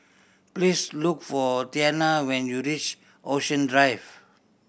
please look for Tianna when you reach Ocean Drive